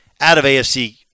out-of-AFC